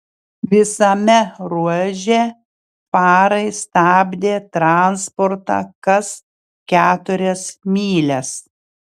visame ruože farai stabdė transportą kas keturias mylias